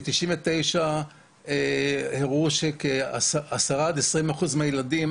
ב-1999 הראו שעשרה עד עשרים אחוזים מהילדים